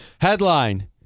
Headline